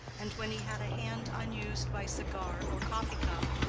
and when he had a hand unused by cigar or coffee-cup,